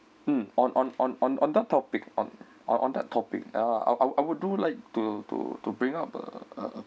mm on on on on on that topic on on on the topic uh I'll I'll I would do like to to to bring up the uh